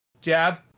jab